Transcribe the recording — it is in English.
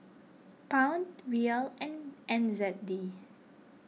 Pound Riyal and N Z D